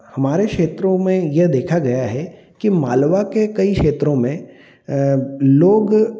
हमारे क्षेत्रों में यह देखा गया है कि मालवा के कई क्षेत्रों में लोग